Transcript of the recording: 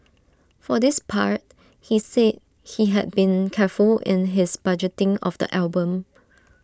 for this part he said he had been careful in his budgeting of the album